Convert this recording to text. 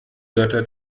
götter